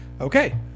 Okay